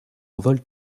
envol